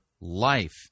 life